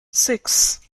six